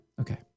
Okay